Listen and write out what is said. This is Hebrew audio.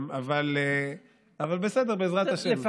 אבל בסדר, בעזרת השם.